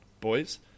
boys